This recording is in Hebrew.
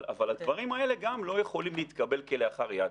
אבל הדברים האלה גם לא יכולים להתקבל כלאחר יד.